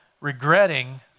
regretting